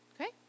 Okay